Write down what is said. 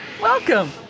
Welcome